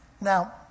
Now